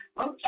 okay